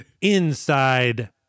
Inside